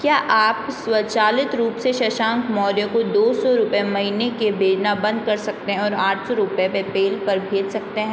क्या आप स्वचालित रूप से शशांक मौर्य को दो सौ रुपये महीने के भेजना बंद कर सकते हैं और आठ सौ रुपये पेपैल पर भेज सकते हैं